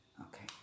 okay